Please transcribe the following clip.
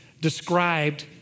described